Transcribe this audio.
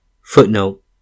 Footnote